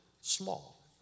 small